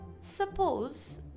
Suppose